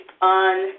on